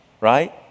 right